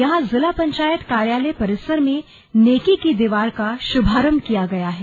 यहां जिला पंचायत कार्यालय परिसर में नेकी की दीवार का शुभारंभ किया गया है